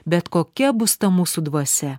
bet kokia bus ta mūsų dvasia